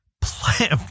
play